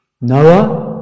Noah